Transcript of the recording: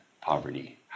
poverty